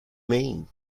mean